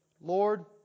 Lord